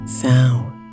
sound